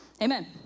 Amen